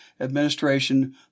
Administration